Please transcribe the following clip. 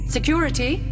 Security